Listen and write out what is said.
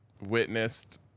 witnessed